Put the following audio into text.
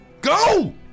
Go